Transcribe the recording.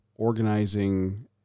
organizing